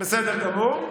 בסדר גמור.